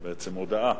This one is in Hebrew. בעצם הודעה.